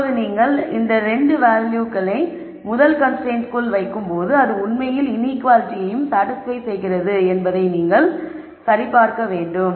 இப்போது நீங்கள் இந்த 2 வேல்யூக்களை முதல் கன்ஸ்ரைன்ட்க்குள் வைக்கும்போது அது உண்மையில் இன்ஈக்குவாலிட்டியையும் சாடிஸ்பய் செய்கிறது என்பதை நீங்கள் சரிபார்க்க வேண்டும்